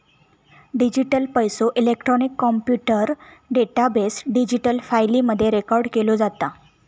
digital पैसो, electronic computer database, digital फाईली मध्ये रेकॉर्ड केलो जाता